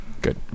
Good